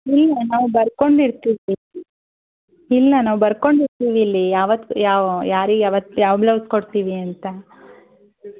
ಇಲ್ಲ ನಾವು ಬರ್ಕೊಂಡಿರ್ತೀವಿ ಇಲ್ಲ ನಾವು ಬರ್ಕೊಂಡಿರ್ತೀವಿ ಇಲ್ಲಿ ಯಾವತ್ತು ಯಾವ ಯಾರಿಗೆ ಯಾವತ್ತು ಯಾವ ಬ್ಲೌಸ್ ಕೊಡ್ತೀವಿ ಅಂತ